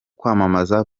kwamamaza